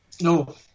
No